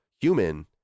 human